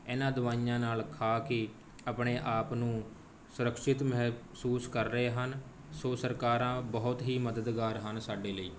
ਇਹਨਾਂ ਦਵਾਈਆਂ ਨਾਲ ਖਾ ਕੇ ਆਪਣੇ ਆਪ ਨੂੰ ਸੁਰੱਕਸ਼ਿਤ ਮਹਿਸੂਸ ਕਰ ਰਹੇ ਹਨ ਸੋ ਸਰਕਾਰਾਂ ਬਹੁਤ ਹੀ ਮਦਦਗਾਰ ਹਨ ਸਾਡੇ ਲਈ